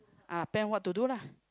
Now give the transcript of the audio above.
ah plan what to do lah